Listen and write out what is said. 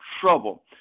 trouble